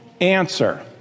answer